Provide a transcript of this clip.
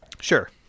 Sure